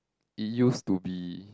it used to be